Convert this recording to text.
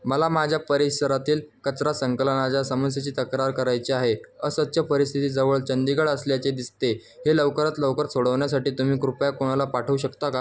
मला माझ्या परिसरातील कचरा संकलनाच्या समस्येची तक्रार करायची आहे अस्वच्छ परिस्थिती जवळ चंदीगड असल्याचे दिसते हे लवकरात लवकर सोडवण्यासाठी तुम्ही कृपया कोणाला पाठवू शकता का